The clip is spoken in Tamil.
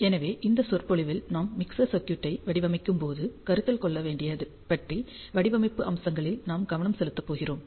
எனவே இந்த சொற்பொழிவில் நாம் மிக்சர் சர்க்யூடை வடிவமைக்கும் போது கருத்தில் கொள்ள வேண்டியதைப்பற்றி வடிவமைப்பு அம்சங்களில் நாம் கவனம் செலுத்தப் போகிறோம்